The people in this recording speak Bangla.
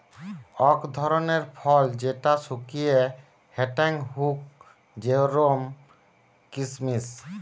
অক ধরণের ফল যেটা শুকিয়ে হেংটেং হউক জেরোম কিসমিস